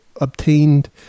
obtained